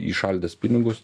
įšaldęs pinigus